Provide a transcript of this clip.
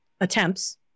attempts